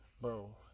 Bro